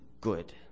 good